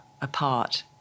apart